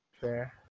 Fair